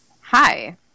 Hi